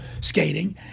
skating